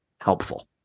helpful